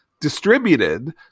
distributed